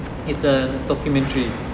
it's a documentary